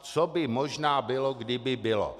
Co by možná bylo, kdyby bylo...